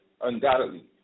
undoubtedly